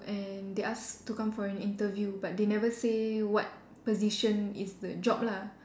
and they asked to come for interview but they did never say what position is the job lah